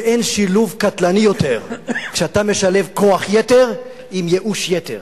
ואין שילוב קטלני יותר כשאתה משלב כוח יתר עם ייאוש יתר,